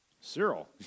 Cyril